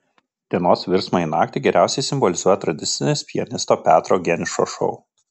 dienos virsmą į naktį geriausiai simbolizuoja tradicinis pianisto petro geniušo šou